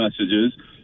messages